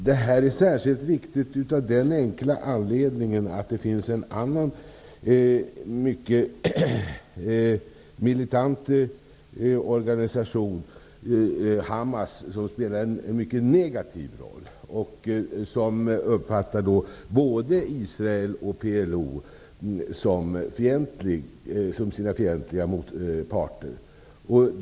Det här är särskilt viktigt av den enkla anledningen att det finns en annan mycket militant organisation Hamas som spelar en mycket negativ roll. Hamas uppfattar både Israel och PLO som sina fientliga motparter.